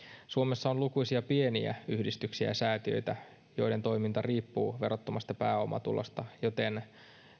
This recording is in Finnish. suomessa on lukuisia pieniä yhdistyksiä ja säätiöitä joiden toiminta riippuu verottomasta pääomatulosta joten